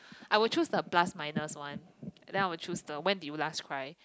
I will choose the plus minus one then I will choose the when did you last cry